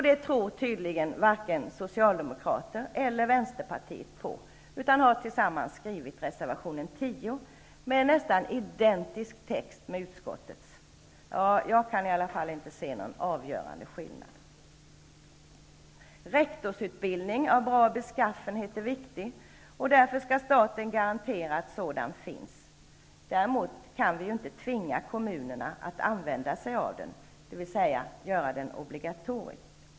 Detta tror tydligen varken Socialdemokraterna eller Vänsterpartiet på utan har i stället tillsammans skrivit reservation 10 med en text som är nästan identisk utskottets -- jag kan i alla fall inte se någon avgörande skillnad. En rektorsutbildning av bra beskaffenhet är viktig, och därför skall staten garantera att sådan finns. Däremot kan vi inte tvinga kommunerna att använda sig av den, dvs. att göra den obligatorisk.